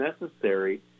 necessary